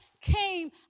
came